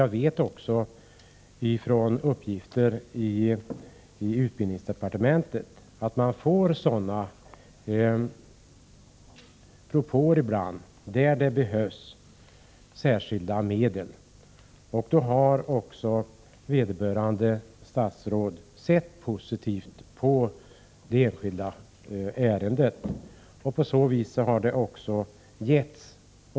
Jag vet också enligt uppgift från utbildningsdepartementet att man ibland får propåer om att det behövs särskilda medel. Vederbörande statsråd har också ställt sig positiv i enskilda ärenden, och ekonomiskt bidrag har utgått till behövande.